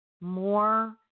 more